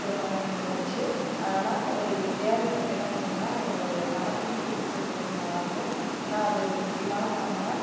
திருமணமே நின்று போச்சு அதனால் எப்படியாவது எங்களுக்கு என்ன பண்ணுறீங்கன்னா எங்களோடைய பணத்தை மட்டும் திருப்பி செலுத்துனீங்கன்னா நல்லா இருக்கும் ஏன்னா அது முக்கியமான பணமுங்க